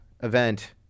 event